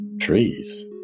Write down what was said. trees